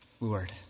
Lord